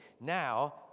Now